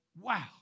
Wow